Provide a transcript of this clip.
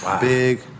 Big